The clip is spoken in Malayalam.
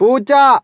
പൂച്ച